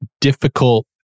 difficult